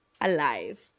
alive